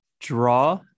draw